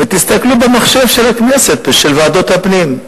ותסתכלו במחשב של הכנסת, בסיורים של ועדות הפנים.